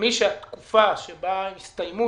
מדבר על